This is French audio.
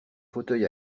fauteuil